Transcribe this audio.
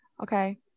okay